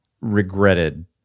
regretted